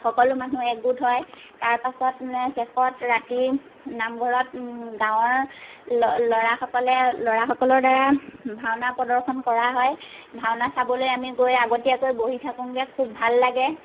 সকলো মানুহ একগোট হয় তাৰ পাছত মানে শেষত ৰাতি নামঘৰত গাঁৱৰ ল ল'ৰাসকলে ল'ৰাসকলৰ দ্বাৰা ভাওঁনা প্ৰদৰ্শন কৰা হয় ভাওঁনা চাবলৈ আমি গৈ আগতীয়াকৈ বহি থাকোংগৈ খুব ভাল লাগে